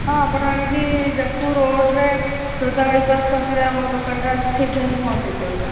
ହଁ ଆପଣ ଆଣିକି ଯାଜପୁର ରୋଡ଼୍ରେ ଖୋର୍ଦ୍ଧା ବାଇପାସ୍ ପାଖରେ ଆମ ଦୋକାନଟା ଅଛି ସେଇଠି ଆଣିକି ପହଞ୍ଚାଇଦିଅନ୍ତୁ